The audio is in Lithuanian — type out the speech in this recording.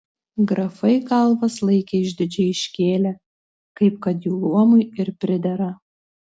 grafai galvas laikė išdidžiai iškėlę kaip kad jų luomui ir pridera